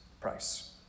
price